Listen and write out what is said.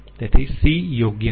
તેથી c યોગ્ય નથી